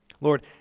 Lord